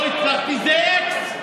לא הצלחתי זה x.